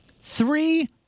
three